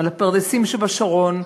על הפרדסים שבשרון,